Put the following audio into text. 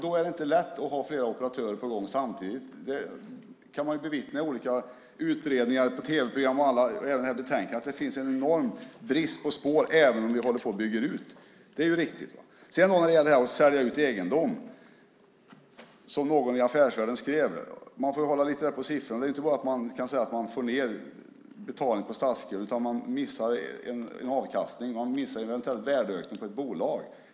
Då är det inte lätt att ha flera operatörer på gång samtidigt. Det har vi bevittnat i olika utredningar, tv-program och i betänkandet. Det finns en enorm brist på spår även med en utbyggnad. Sedan var det frågan om att sälja ut egendom. Någon har skrivit i Affärsvärlden att man måste hålla reda på siffrorna. Det går inte att säga att man ska få betalning på statsskulden utan att man mister en avkastning, man mister en eventuell värdeökning på ett bolag.